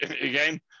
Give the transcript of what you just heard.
again